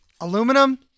aluminum